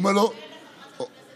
לחברת הכנסת קארין אלהרר.